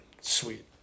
sweet